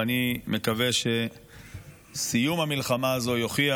ואני מקווה שסיום המלחמה הזו יוכיח